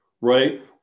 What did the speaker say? right